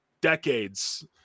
decades